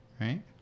Right